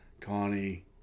Connie